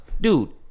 dude